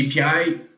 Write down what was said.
API